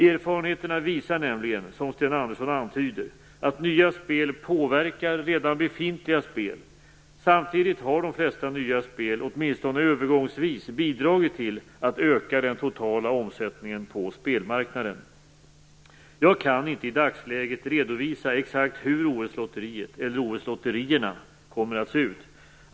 Erfarenheterna visar nämligen, som Sten Andersson antyder, att nya spel påverkar redan befintliga spel. Samtidigt har de flesta nya spel, åtminstone övergångsvis, bidragit till att öka den totala omsättningen på spelmarknaden. Jag kan inte i dagsläget redovisa exakt hur OS lotteriet, eller OS-lotterierna, kommer att se ut.